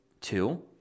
two